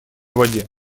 воде